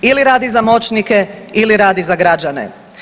Ili radi za moćnike ili radi za građane.